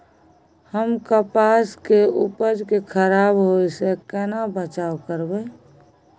हम कपास के उपज के खराब होय से केना बचाव करबै?